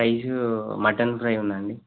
rice mutton fry ఉందా అండి